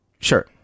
Sure